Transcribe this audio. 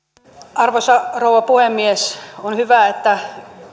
arvoisa rouva puhemies on hyvä että